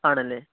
ആണല്ലെ